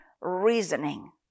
reasoning